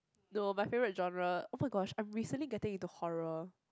no my favourite genre oh-my-gosh I'm recently getting into horror